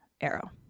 Arrow